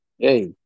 Hey